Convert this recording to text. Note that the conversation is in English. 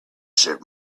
shook